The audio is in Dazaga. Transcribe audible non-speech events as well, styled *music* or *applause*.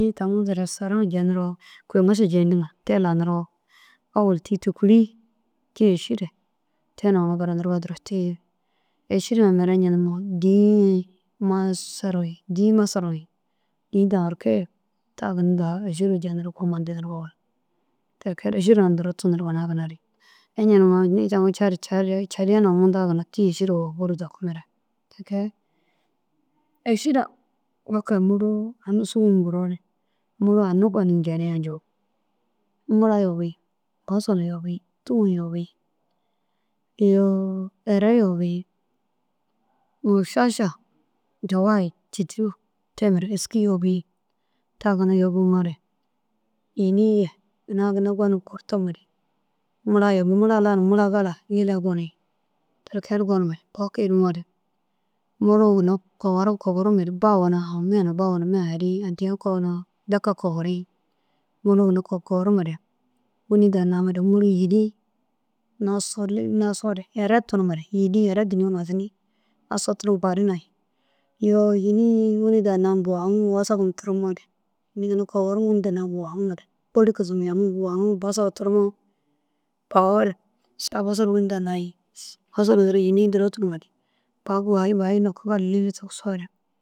Tîi taŋu der restôraa jeniroo kôi maša jeyindiŋa der laniroo ôwol tîi tûkuli tîi êšire te nuŋu buranirigoo duro cii. Êširã mire iña numoo dîi ye masaru ye dîi masaru ye dîi daarke ye ta ginna daa êšire jenirig komantenirig oo. Teke ru êšira duro tunurug ina ginna re iña numo nii taŋu car car cariya na munta ginna re tîi êsiri wurug bur daku mire. Teke êšira woke muroo tani sûgu giroo mulu anuu gonig jeniga ncoo mula yobi bosala yobi tûm yobi iyoo ere yobi ôšaša *unintelligible* citiŋa te mire êski yobi ta ginna yobiŋo re ini ye ina ginna gonum kurtumere mula ye mula lanum mula gala lila goni tike ru gonum mere bo kirimore mulu ginna kogoru kogorumere ba woo na me hunaa ba woo na miya heri addiya koona daka kogori. Mulu noko koworimere wîni daha namere mulu yîri nasoo lil nasoo re ere tunumere yîri ere danoo nasini nasoo turum karu nayi. Iyoo yîni wûni daha *unintelligible* wasagima tirimore yîni ginna koworum bôli kissimore jaŋim jaŋim wasagu curuwo saga bosolu yîni daha nayi bosolu duro yîni duro tunumere bahi bahi noko gali lili tigisore.